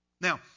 Now